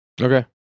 Okay